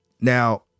Now